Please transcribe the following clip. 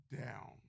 down